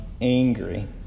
angry